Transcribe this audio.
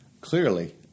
clearly